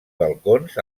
balcons